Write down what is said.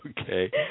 Okay